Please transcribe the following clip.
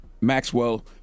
Maxwell